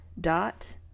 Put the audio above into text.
dot